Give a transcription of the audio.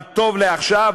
אבל טוב לעכשיו,